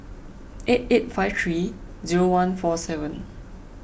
eight eight five three zero one four seven